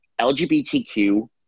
LGBTQ